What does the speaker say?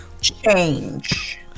change